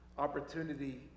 opportunity